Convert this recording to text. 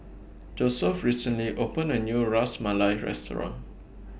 Josef recently opened A New Ras Malai Restaurant